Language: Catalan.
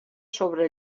sobre